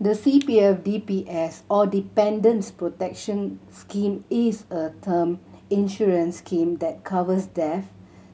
the C P F D P S or Dependants' Protection Scheme is a term insurance scheme that covers death